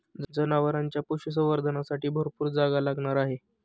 जनावरांच्या पशुसंवर्धनासाठी भरपूर जागा लागणार आहे